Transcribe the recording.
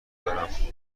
دارم